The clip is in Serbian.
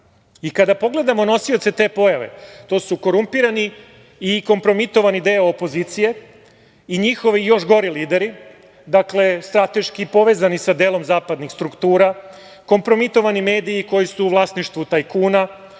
kada pogledamo nosioce te pojave, to su korumpirani i kompromitovani deo opozicije i njihovi još gori lideri, dakle, strateški povezani sa delom zapadnih struktura, kompromitovani mediji koji su u vlasništvu tajkuna